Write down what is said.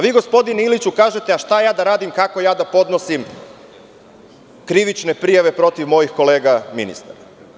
Vi gospodine Iliću kažete – a šta ja da radim, kako da ja podnosim krivične prijave protiv mojih kolega ministara?